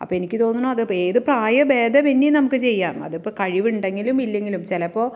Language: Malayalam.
അപ്പം എനിക്ക് തോന്നുണു അതിപ്പം ഏത് പ്രായ ഭേദമെന്യെ നമുക്ക് ചെയ്യാം അതിപ്പം കഴിവുണ്ടെങ്കിലും ഇല്ലെങ്കിലും ചിലപ്പോൾ